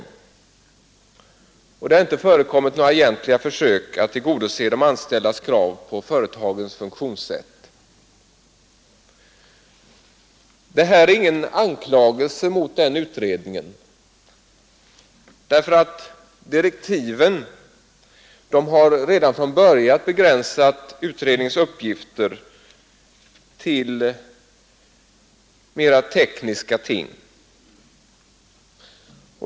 Inte heller har det förekommit några egentliga försök att tillgodose de anställdas krav på företagens funktionsrätt. Detta är ingen anklagelse mot utredningen; direktiven har redan från börjat begränsat utredningens uppgifter till mer tekniska ting.